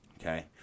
Okay